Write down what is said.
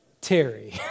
Terry